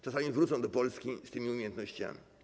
Czasami wrócą do Polski z tymi umiejętnościami.